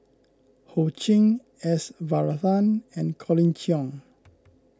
Ho Ching S Varathan and Colin Cheong